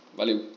valeu